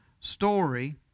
story